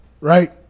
right